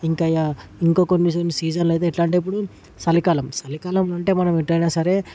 ఇంకాయా ఇంకా కొన్ని కొన్ని సీజన్లో అయితే ఇట్లాంటప్పుడు చలికాలం చలికాలం అంటే మనం ఎట్లా అయినా సరే